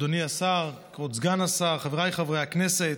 אדוני השר, כבוד סגן השר, חבריי חברי הכנסת,